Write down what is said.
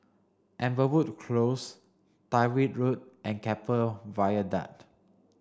Amberwood Close Tyrwhitt Road and Keppel Viaduct